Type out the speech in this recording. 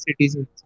citizens